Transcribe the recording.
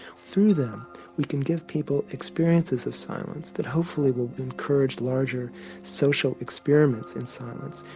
through them we can give people experiences of silence that hopefully will encourage larger social experiments in silence,